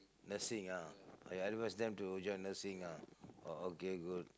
nursing ah oh advise them to join nursing ah oh okay good